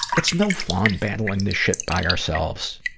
it's no fun battling this shit by ourselves.